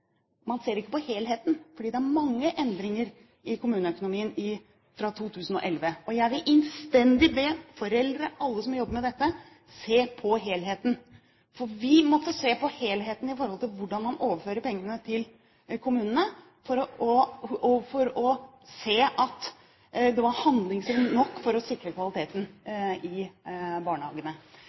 er mange endringer i kommuneøkonomien fra 2011. Jeg vil innstendig be foreldre og alle som jobber med dette, om å se på helheten. Vi måtte se på helheten med hensyn til hvordan man overfører pengene til kommunene, for å se til at det var handlingsrom nok til å sikre kvaliteten i barnehagene.